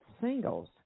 singles